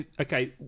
Okay